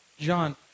John